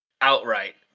outright